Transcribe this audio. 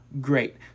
great